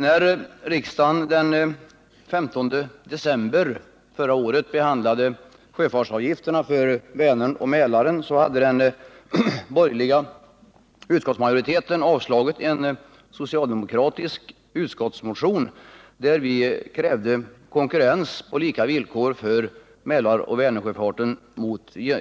När riksdagen den 15 december förra året behandlade sjöfartsavgifterna för Vänern och Mälaren hade den borgerliga utskottsmajoriteten avstyrkt en socialdemokratisk motion, i vilken vi krävde konkurrens på lika villkor för Mälaroch Vänersjöfarten